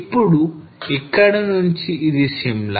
ఇప్పుడు ఇక్కడి నుంచి ఇది సిమ్లా